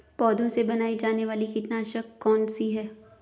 पौधों से बनाई जाने वाली कीटनाशक कौन सी है?